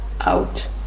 out